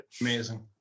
amazing